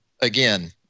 again